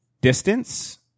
distance